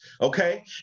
okay